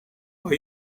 are